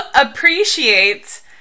appreciate